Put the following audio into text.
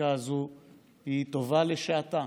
החקיקה הזאת היא טובה לשעתה,